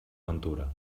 ventura